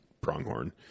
pronghorn